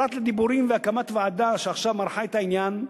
פרט לדיבורים והקמת ועדה שעכשיו מרחה את העניין,